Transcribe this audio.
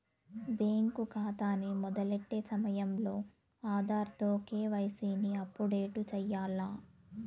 bank కాతాని మొదలెట్టే సమయంలో ఆధార్ తో కేవైసీని అప్పుడేటు సెయ్యాల్ల